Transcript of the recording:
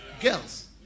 Girls